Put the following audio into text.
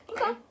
Okay